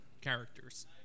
characters